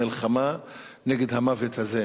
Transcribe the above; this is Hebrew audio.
מלחמה נגד המוות הזה,